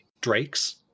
drakes